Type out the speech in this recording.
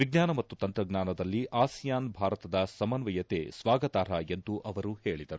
ವಿಜ್ಞಾನ ಮತ್ತು ತಂತ್ರಜ್ಞಾನದಲ್ಲಿ ಆಸಿಯಾನ್ ಭಾರತದ ಸಮನ್ವಯತೆ ಸ್ವಾಗತಾರ್ಹ ಎಂದು ಅವರು ಹೇಳಿದರು